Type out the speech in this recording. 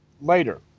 later